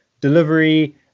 delivery